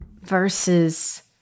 versus